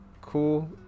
cool